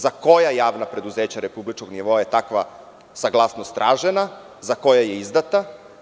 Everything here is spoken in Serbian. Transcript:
Za koja javna preduzeća republičkog nivoa je takva saglasnost tražena, a za koja je izdata?